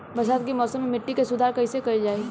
बरसात के मौसम में मिट्टी के सुधार कईसे कईल जाई?